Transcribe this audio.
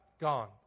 gone